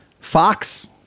Fox